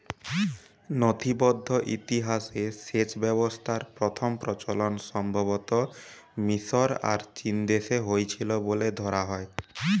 নথিবদ্ধ ইতিহাসে সেচ ব্যবস্থার প্রথম প্রচলন সম্ভবতঃ মিশর আর চীনদেশে হইছিল বলে ধরা হয়